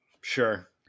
Sure